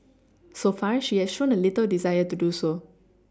so far she has shown little desire to do so